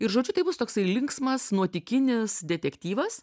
ir žodžiu tai bus toksai linksmas nuotykinis detektyvas